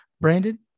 Brandon